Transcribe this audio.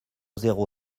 zéro